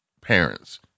parents